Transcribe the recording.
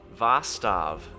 Vastav